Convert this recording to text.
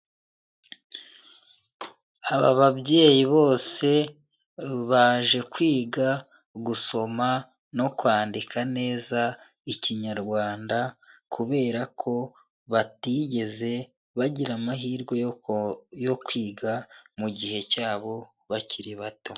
Aba babyeyi bose baje kwiga gusoma no kwandika neza ikinyarwanda kubera ko batigeze bagira amahirwe yo kwiga mu gihe cyabo bakiri bato.